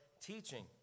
teaching